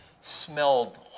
smelled